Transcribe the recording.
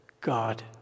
God